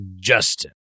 Justin